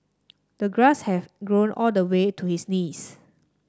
the grass had grown all the way to his knees